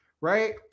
right